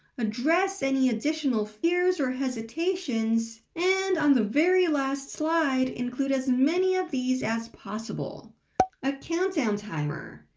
address any additional fears or hesitations, and on the very last slide include as many of these as possible a countdown timer,